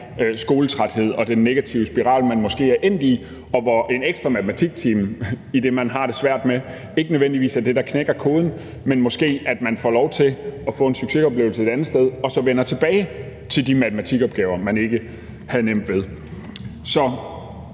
skoletræthed og den negative spiral, man måske er endt i, og hvor en ekstra time i det, man har det svært ved, ikke nødvendigvis er det, der gør, at man knækker koden, men i stedet det, at man måske får lov til at få en succesoplevelse et andet sted og så vender tilbage til de f.eks. matematikopgaver, man ikke havde nemt ved. Så